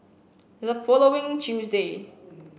the following Tuesday